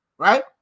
Right